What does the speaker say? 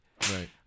right